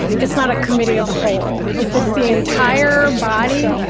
it's not a committee of the whole. if it's the entire body,